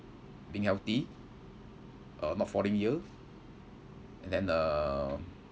being healthy uh not falling ill and then uh